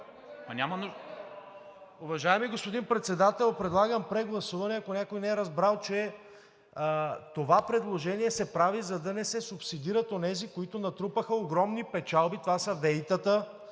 ако някой не е разбрал, че това предложение се прави, за да не се субсидират онези, които натрупаха огромни печалби, това са ВЕИ-тата.